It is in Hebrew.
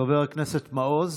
חבר הכנסת מעוז,